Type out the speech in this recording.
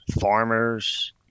farmers